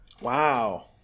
Wow